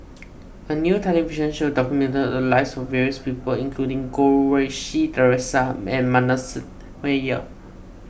a new television show documented the lives of various people including Goh Rui Si theresa and Manasseh Meyer